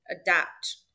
adapt